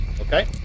Okay